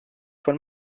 von